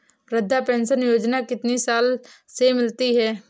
वृद्धा पेंशन योजना कितनी साल से मिलती है?